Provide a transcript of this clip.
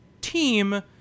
team